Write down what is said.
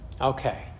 Okay